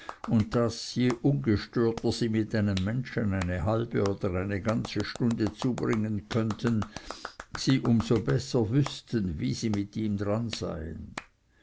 und daß je ungestörter sie mit einem menschen eine halbe oder eine ganze stunde zubringen könnten sie um so besser wüßten wie sie mit ihm dran seien